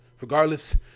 Regardless